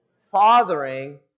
Fathering